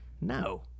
no